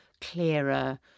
clearer